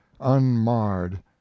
unmarred